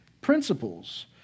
principles